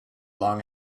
long